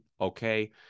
Okay